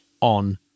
on